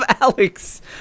Alex